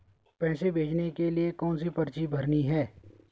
पैसे भेजने के लिए कौनसी पर्ची भरनी है?